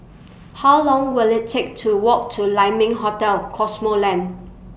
How Long Will IT Take to Walk to Lai Ming Hotel Cosmoland